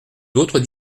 d’autres